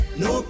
no